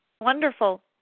Wonderful